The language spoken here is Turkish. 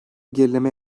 gerileme